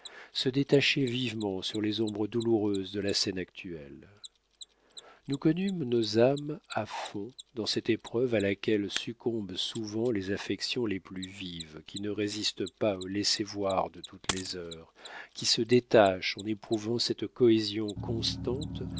se détachaient vivement sur les ombres douloureuses de la scène actuelle nous connûmes nos âmes à fond dans cette épreuve à laquelle succombent souvent les affections les plus vives qui ne résistent pas au laisser voir de toutes les heures qui se détachent en éprouvant cette cohésion constante